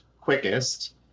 quickest